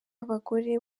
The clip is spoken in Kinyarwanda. abagore